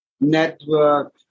network